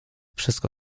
wszystko